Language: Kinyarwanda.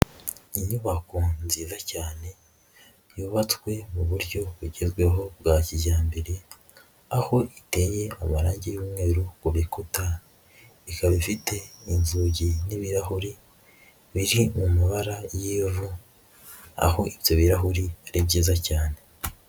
Inyubako nziza cyane yubatswe mu buryo bugezweho bwa kijyambere aho iteye amarange y'umweru ku bikuta, ikaba ifite inzugi n'ibirahuri biri mu mabara y'ivu aho ibyo birahuri ari byiza cyane.